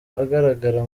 agaragara